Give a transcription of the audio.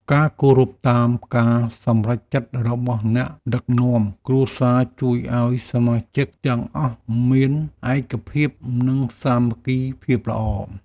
ការគោរពតាមការសម្រេចចិត្តរបស់អ្នកដឹកនាំគ្រួសារជួយឱ្យសមាជិកទាំងអស់មានឯកភាព និងសាមគ្គីភាពល្អ។